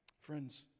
Friends